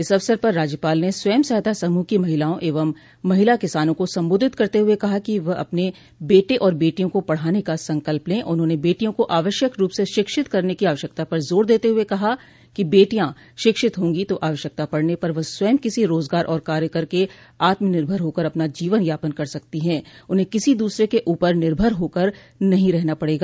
इस अवसर पर राज्यपाल ने स्वयं सहायता समूह की महिलाओं एवं महिला किसानों को संबोधित करते हुए कहा कि वह अपने बेटे और बेटियों को पढ़ाने का संकल्प ले उन्होंने बेटियों को आवश्यक रूप से शिक्षित करने की आवश्यकता पर जोर देते हुए कहा कि बेटियां शिक्षित होंगी तो आवश्यकता पड़ने पर वह स्वंय किसी रोजगार और कार्य करके आत्मनिर्भर होकर अपना जीवन यापन कर सकती है उन्हें किसी दूसरे के ऊपर निर्भर होकर नहीं रहना पड़ेगा